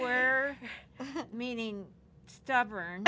where meaning stubborn